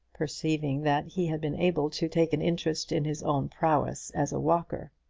perceiving that he had been able to take an interest in his own prowess as a walker.